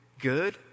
good